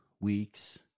Weeks